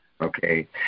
okay